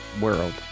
world